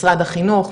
משרד החינוך,